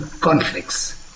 conflicts